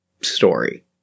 story